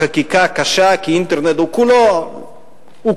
החקיקה קשה, כי אינטרנט הוא כולו חופש.